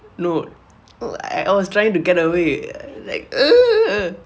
no I was trying to get away like ugh